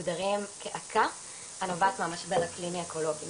מוגדרים כעקה הנובעת מהמשבר האקלימי אקולוגי.